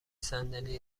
صندلی